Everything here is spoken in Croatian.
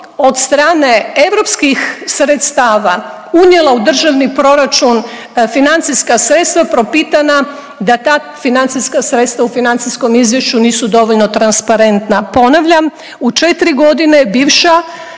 od strane europskih sredstava unijela u državni proračun financijska sredstva propitana da ta financijska sredstva u financijskom izvješću nisu dovoljno transparentna. Ponavljam u 4 godine bivša